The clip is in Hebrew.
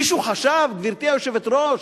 מישהו חשב, גברתי היושבת-ראש,